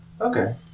Okay